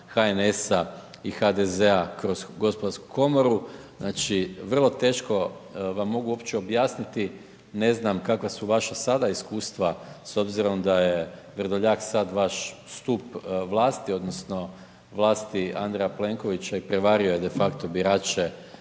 HNS-a i HDZ-a kroz gospodarsku komoru, znači, vrlo teško vam mogu uopće objasniti ne znam kakva su vaša sada iskustva s obzirom da je Vrdoljak sad vaš stup vlasti odnosno vlasti Andreja Plenkovića i prevario je defakto birače